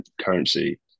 currency